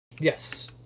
Yes